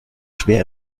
schwer